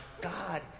God